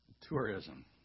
tourism